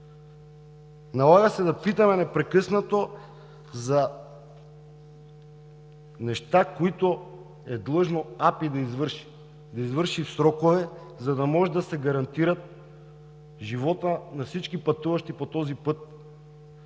Налага се да питаме непрекъснато за неща, които е длъжно АПИ да извърши, да извърши в срокове, за да може да се гарантира животът на всички, пътуващи по този път.